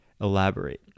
Elaborate